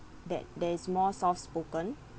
that that is more soft spoken